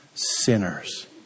Sinners